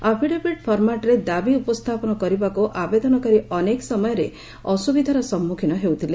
affidavit ଫର୍ମାଟ୍ରେ ଦାବି ଉପସ୍ଥାପନ କରିବାକୁ ଆବେଦନକାରୀ ଅନେକ ସମୟରେ ଅସୁବିଧାର ସମ୍ମୁଖୀନ ହେଉଥିଲେ